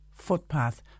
footpath